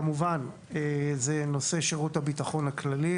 כמובן זה נושא שירות הביטחון הכללי,